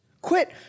Quit